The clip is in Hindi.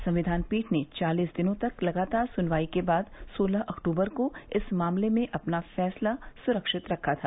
संविधान पीठ ने चालीस दिनों तक लगातार सुनवाई के बाद सोलह अक्टूबर को इस मामले में अपना फैसला सुरक्षित रखा था